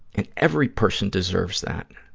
and every person deserves that.